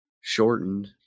shortened